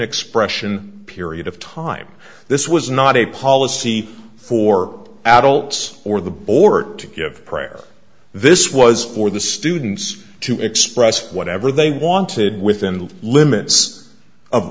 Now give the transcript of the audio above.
expression period of time this was not a policy for adults or the board to give a prayer this was for the students to express whatever they wanted within the limits